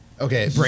Okay